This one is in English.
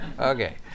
Okay